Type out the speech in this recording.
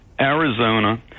Arizona